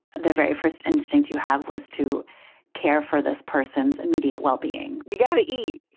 the very first instinct you have was to care for this person's immediate well-being you gotta eat.